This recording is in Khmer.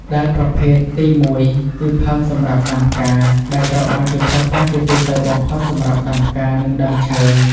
ដែលប្រភេទទីមួយគឺ ផើងសម្រាប់ដាំផ្កា ដែលត្រូវបានគេប្រើប្រាស់ជាទូទៅបំផុតសម្រាប់ដាំផ្កា និងដើមឈើ។